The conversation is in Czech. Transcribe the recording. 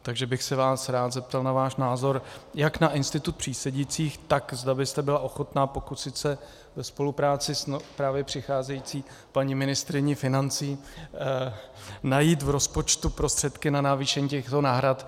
Takže bych se vás rád zeptal na váš názor jak na institut přísedících, tak zda byste byla ochotna pokusit se ve spolupráci s právě přicházející paní ministryní financí najít v rozpočtu prostředky na navýšení těchto náhrad.